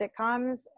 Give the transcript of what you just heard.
sitcoms